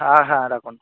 হ্যাঁ হ্যাঁ রাখুন